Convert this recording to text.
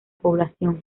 población